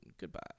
Goodbye